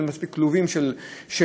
אין מספיק כלובים של מחזור.